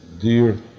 dear